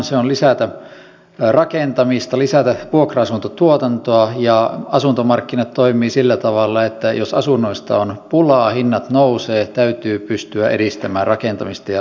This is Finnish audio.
se on lisätä rakentamista lisätä vuokra asuntotuotantoa ja asuntomarkkinat toimivat sillä tavalla että jos asunnoista on pulaa hinnat nousevat täytyy pystyä edistämään rakentamista ja lisätä tuotantoa